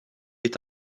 est